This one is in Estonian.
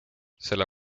selle